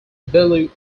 bellu